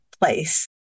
place